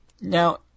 Now